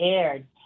aired